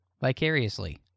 vicariously